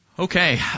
Okay